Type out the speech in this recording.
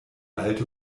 alte